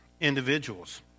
individuals